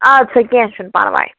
اَدٕ سا کیٚنٛہہ چھُنہٕ پرواے